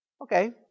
Okay